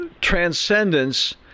transcendence